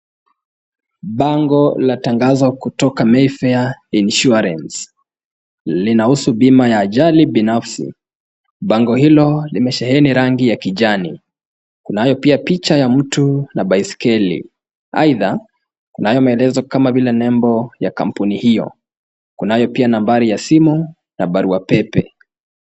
Bango la tangazo kutoka Mayfair insurance . Linahusu bima ya ajali binafsi. Bango hilo limesheheni rangi ya kijani. Kunayo pia picha ya mtu na baiskeli. Aidha, kunayomaelezo kama vile nembo ya kampuni hiyo. Kunayo pia nambari ya simu na baruapepe.